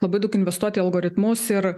labai daug investuot į algoritmus ir